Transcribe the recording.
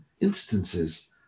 instances